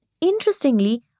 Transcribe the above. Interestingly